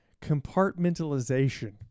compartmentalization